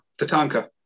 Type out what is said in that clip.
Tatanka